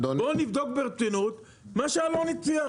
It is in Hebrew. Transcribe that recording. בוא נבדוק ברצינות מה שאלון הציע,